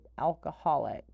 alcoholic